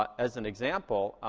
ah as an example,